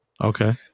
Okay